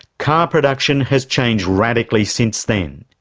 car production has changed radically since then.